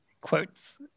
quotes